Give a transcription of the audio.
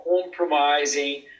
compromising